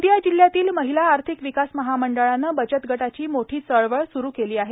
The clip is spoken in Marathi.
गोंदिया जिल्ह्यातील महिला आर्थिक विकास महामंडळानं बचतगटाची मोठी चळवळ स्रु केली आहे